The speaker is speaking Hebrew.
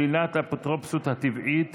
שלילת אפוטרופסות הטבעית